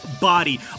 body